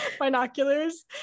binoculars